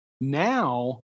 Now